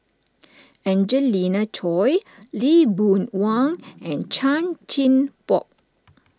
Angelina Choy Lee Boon Wang and Chan Chin Bock